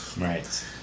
Right